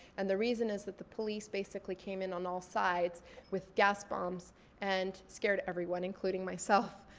and the reason is that the police basically came in on all sides with gas bombs and scared everyone including myself.